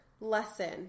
lesson